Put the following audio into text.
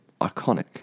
iconic